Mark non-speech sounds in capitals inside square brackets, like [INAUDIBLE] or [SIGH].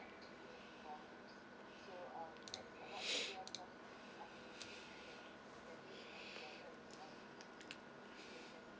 [BREATH]